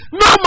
no